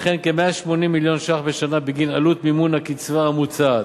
וכן כ-180 מיליון ש"ח בשנה בגין עלות מימון הקצבה המוצעת.